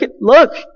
look